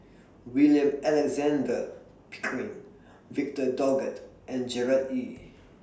William Alexander Pickering Victor Doggett and Gerard Ee